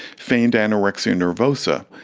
feigned anorexia nervosa.